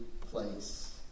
place